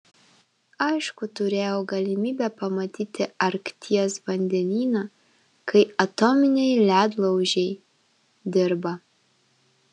aišku turėjau galimybę pamatyti arkties vandenyną kai atominiai ledlaužiai dirba